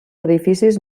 edificis